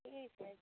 ठीक है